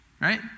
right